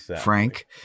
Frank